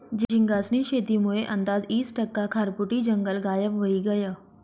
झींगास्नी शेतीमुये आंदाज ईस टक्का खारफुटी जंगल गायब व्हयी गयं